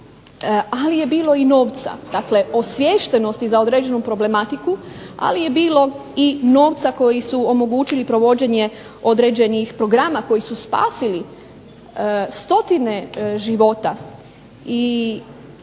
ali je bilo i novca, dakle osviještenosti za određenu problematiku ali je bilo i novca koji su omogućili provođenje određenih programa koji su spasili stotine života.